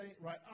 Right